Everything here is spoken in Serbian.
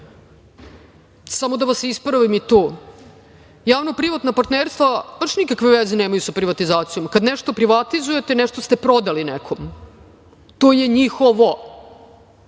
Samo da vas ispravim i tu, javno-privatna partnerstva baš nikakve veze nemaju sa privatizacijom, kada nešto privatizujete nešto ste prodali nekome. To je njihovo,